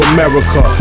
America